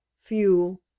fuel